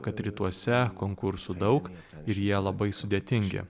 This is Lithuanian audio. kad rytuose konkursų daug ir jie labai sudėtingi